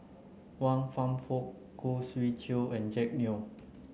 Wan Kam Fook Khoo Swee Chiow and Jack Neo